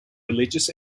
religious